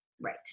Right